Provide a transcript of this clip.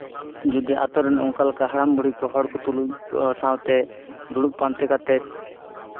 ᱡᱚᱫᱤ ᱟᱹᱛᱩᱨᱮᱱ ᱚᱱᱠᱟ ᱞᱮᱠᱟ ᱦᱟᱲᱟᱢ ᱵᱩᱲᱦᱤ ᱠᱚ ᱦᱚᱲ ᱠᱚ ᱛᱩᱞᱩᱡ ᱥᱟᱶᱛᱮ ᱫᱩᱲᱩᱵᱽ ᱯᱟᱱᱛᱮ ᱠᱟᱛᱮᱜ